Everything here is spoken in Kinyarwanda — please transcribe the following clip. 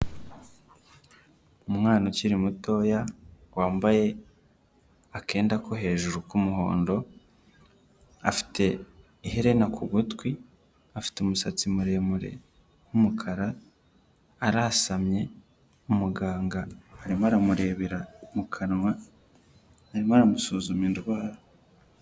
Umwana ukiri mutoya wambaye akenda ko hejuru k'umuhondo, afite iherena ku gutwi, afite umusatsi muremure w'umukara arasamye, umuganga arimo aramurebera mu kanwa, arimo aramusuzuma indwara.